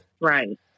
Right